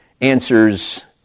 answers